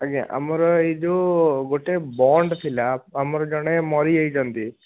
ଆଜ୍ଞା ଆମର ଏଇ ଯେଉଁ ଗୋଟେ ବଣ୍ଡ୍ ଥିଲା ଆମର ଜଣେ ମରିଯାଇଛନ୍ତି